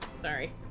sorry